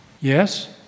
Yes